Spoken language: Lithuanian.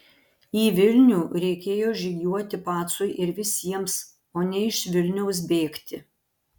į vilnių reikėjo žygiuoti pacui ir visiems o ne iš vilniaus bėgti